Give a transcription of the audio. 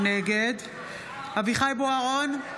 נגד אביחי אברהם בוארון,